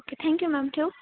okay thank you ma'am ठेवू